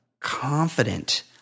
confident